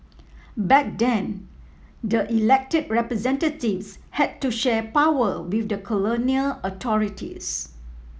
back then the elected representatives had to share power with the colonial authorities